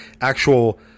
actual